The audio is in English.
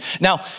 Now